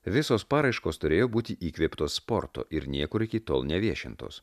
visos paraiškos turėjo būti įkvėptos sporto ir niekur iki tol neviešintos